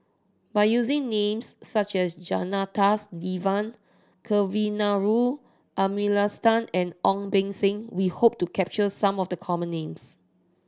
by using names such as Janadas Devan Kavignareru Amallathasan and Ong Beng Seng we hope to capture some of the common names